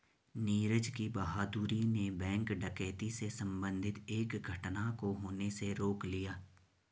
नीरज की बहादूरी ने बैंक डकैती से संबंधित एक घटना को होने से रोक लिया